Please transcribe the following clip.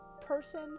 person